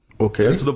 okay